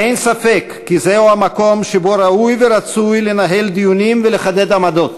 אין ספק כי זהו המקום שבו ראוי ורצוי לנהל דיונים ולחדד עמדות.